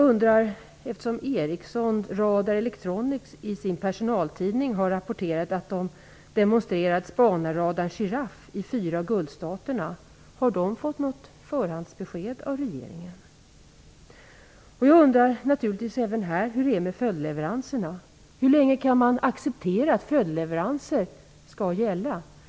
Företaget Ericsson Radar Electronics AB rapporterar i sin personaltidning att man demonstrerat spanarradarn Giraffe i fyra av Gulfstaterna. Har det företaget fått något förhandsbesked av regeringen? Jag undrar också hur det förhåller sig med följdleveranserna. Hur länge kan man acceptera att man måste hålla på med följdleveranser?